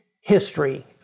history